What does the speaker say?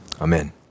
Amen